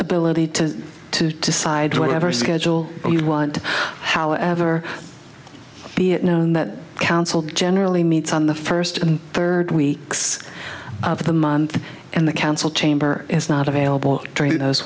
ability to to decide whatever schedule you want however be it known that council generally meets on the first and third weeks of the month and the council chamber is not available